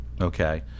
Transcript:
Okay